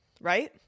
right